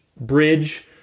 bridge